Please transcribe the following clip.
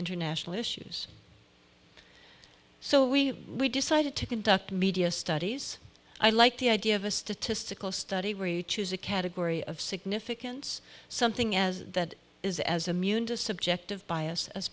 international issues so we decided to conduct media studies i like the idea of a statistical study where you choose a category of significance something as that is as a munis subjective bias as